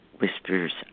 whispers